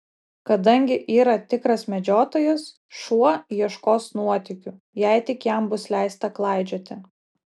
kadangi yra tikras medžiotojas šuo ieškos nuotykių jei tik jam bus leista klaidžioti